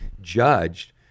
judged